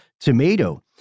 tomato